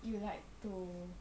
you like to